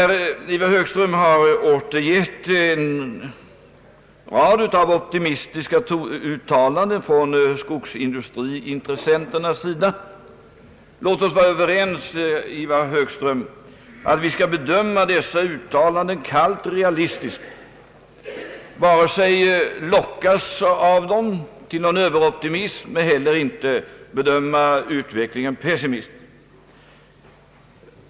Ivar Högström har återgett en rad optimistiska uttalanden från skogsindustriintressenternas sida. Låt oss vara överens, Ivar Högström, om att vi skall bedöma dessa uttalanden kallt och realistiskt och inte av dem låta locka oss till någon överoptimism, men heller inte bedöma utvecklingen pessimistiskt.